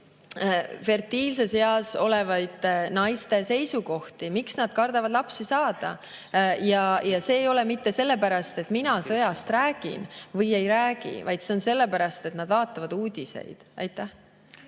fertiilses eas olevate naiste seisukohti, miks nad kardavad lapsi saada. See ei ole mitte sellepärast, et mina sõjast räägin või ei räägi, vaid see on sellepärast, et nad vaatavad uudiseid.